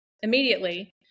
immediately